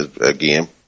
again